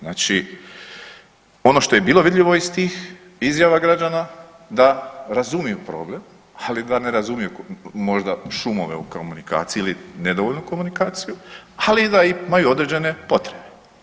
Znači ono što je bilo vidljivo iz tih izjava građana da razumiju problem, ali da ne razumiju možda šumove u komunikaciji ili nedovoljnu komunikaciju, ali da i imaju određene potrebe.